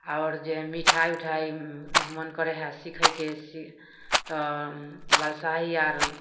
आओर जे मिठाइ उठाइ मन करय हइ सीखयके तऽ बालुसाही आर